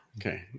Okay